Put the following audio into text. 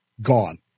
gone